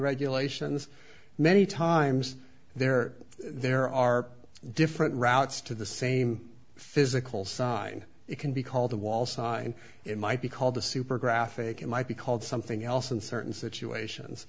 regulations many times there there are different routes to the same physical sign it can be called the wall sign it might be called the super graphic it might be called something else in certain situations